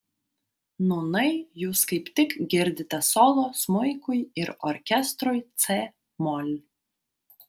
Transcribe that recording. nūnai jūs kaip tik girdite solo smuikui ir orkestrui c mol